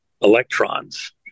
electrons